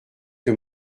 que